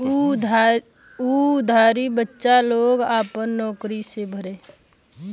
उ उधारी बच्चा लोग आपन नउकरी से भरी